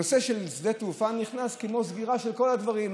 נושא שדה התעופה נכנס כמו סגירה של כל הדברים,